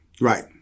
Right